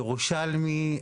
ירושלמי,